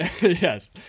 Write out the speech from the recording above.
Yes